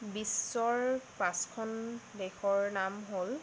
বিশ্বৰ পাঁচখন দেশৰ নাম হ'ল